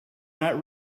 not